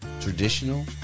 traditional